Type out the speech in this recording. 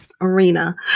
Arena